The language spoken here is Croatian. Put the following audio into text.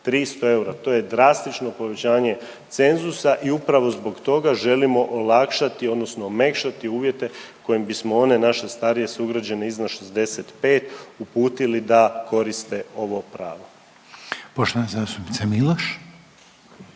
300 eura. To je drastično povećanje cenzusa i upravo zbog toga želimo olakšati, odnosno omekšati uvjete kojim bismo one naše starije sugrađane iznad 65 uputili da koriste ovo pravo. **Reiner, Željko